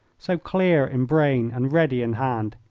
so clear in brain and ready in hand.